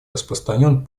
распространен